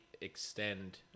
extend